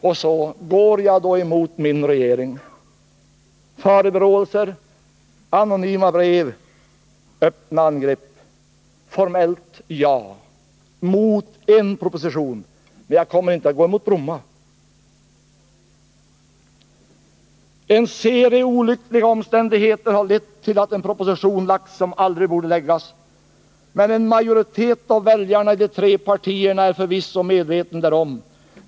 Och så: Går jag då emot min regering? Förebråelser, anonyma brev, öppna angrepp! Formellt: ja — mot en proposition. Men jag kommer inte att gå emot förslaget om Bromma. En serie olyckliga omständigheter har lett till att en proposition lagts fram trots att den aldrig bort läggas fram. Men en majoritet av väljarna i de tre 85 partierna är förvisso medveten därom.